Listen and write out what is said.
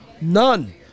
none